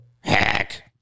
heck